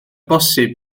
bosib